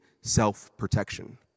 self-protection